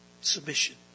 Submission